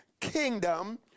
kingdom